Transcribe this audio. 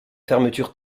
fermeture